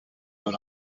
dans